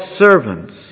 servants